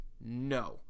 No